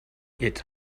it’s